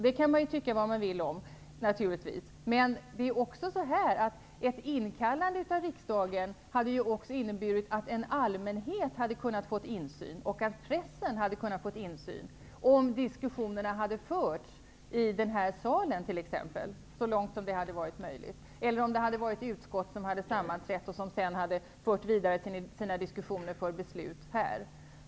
Det kan man tycka vad man vill om. Men ett inkallande av riksdagen hade också inneburit att allmänheten och pressen kunnat få insyn. Den möjligheten hade funnits om diskussionerna hade förts i t.ex. denna sal, eller om utskotten sammanträtt och sedan fört vidare sina diskussioner för beslut här i kammaren.